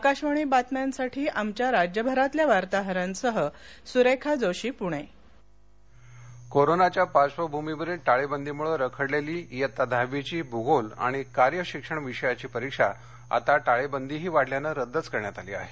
आकाशवाणी बातम्यांसाठी आमच्या राज्यभरातल्या वार्ताहरांसह सुरेखा जोशी पुणे परीक्षा कोरोनाच्या पार्श्वभूमीवरील टाळेबंदीमुळे रखडलेली इयत्ता दहावीची भूगोल आणि कार्यशिक्षण विषयाची परीक्षा आता टाळेबंदीही वाढल्यानं रद्दच करण्यात आली आहे